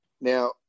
Now